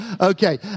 Okay